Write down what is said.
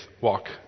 walk